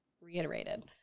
reiterated